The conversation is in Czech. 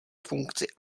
funkci